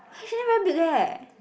H and M very big leh